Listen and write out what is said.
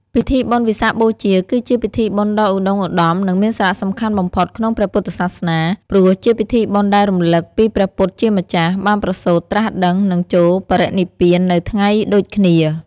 ពិធីបុណ្យវិសាខបូជា គឺជាពិធីបុណ្យដ៏ឧត្ដុង្គឧត្ដម និងមានសារៈសំខាន់បំផុតក្នុងព្រះពុទ្ធសាសនា ព្រោះជាពិធីបុណ្យដែលរំលឹកពីព្រះពុទ្ធជាម្ចាស់ បានប្រសូត ត្រាស់ដឹង និងចូលបរិនិព្វាននៅថ្ងៃដូចគ្នា។